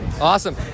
Awesome